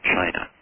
China